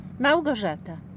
Małgorzata